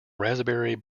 raspberry